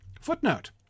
Footnote